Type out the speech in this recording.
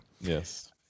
yes